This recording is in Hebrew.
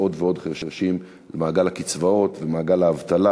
עוד ועוד חירשים למעגל הקצבאות ומעגל האבטלה,